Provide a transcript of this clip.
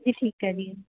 ਜੀ ਠੀਕ ਹੈ ਜੀ